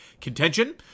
contention